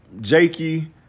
Jakey